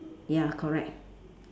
ya correct